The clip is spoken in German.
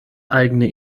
eigene